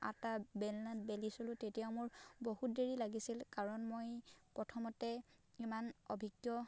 আটা বেলনাত বেলিছিলোঁ তেতিয়া মোৰ বহুত দেৰি লাগিছিল কাৰণ মই প্ৰথমতে ইমান অভিজ্ঞ